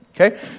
Okay